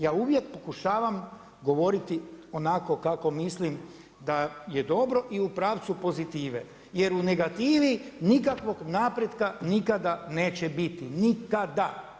Ja uvijek pokušavam govoriti onako kako mislim da je dobro i u pravcu pozitive, jer u negativi nikakvog napretka nikada neće biti, nikada.